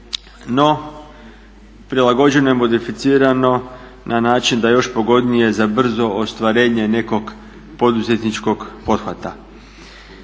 no prilagođeno je i modificirano na način da je još pogodnije za brzo ostvarenje nekog poduzetničkog pothvata.